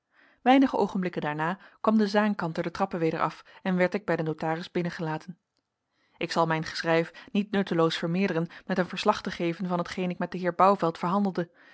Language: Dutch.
weinige oogenblikken daarna kwam de zaankanter de trappen weder af en werd ik bij den notaris binnengelaten ik zal mijn geschrijf niet nutteloos vermeerderen met een verslag te geven van hetgeen ik met den heer bouvelt verhandelde